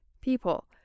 people